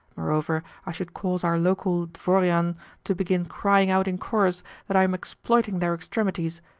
moreover, i should cause our local dvoriane to begin crying out in chorus that i am exploiting their extremities,